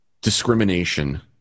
discrimination